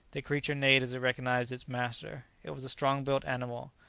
the creature neighed as it recognized its master. it was a strong-built animal,